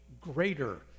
greater